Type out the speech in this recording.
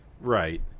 Right